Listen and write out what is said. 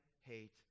hate